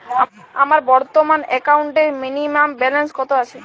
আমার বর্তমান একাউন্টে মিনিমাম ব্যালেন্স কত আছে?